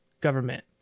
government